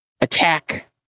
attack